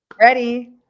Ready